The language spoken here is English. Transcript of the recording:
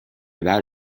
about